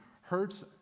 hurts